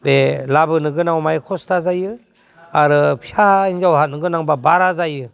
बे लाबोगोनाङाव माय खस्था जायो आरो फिसा हिनजाव हरनोगोनांब्ला बारा जायो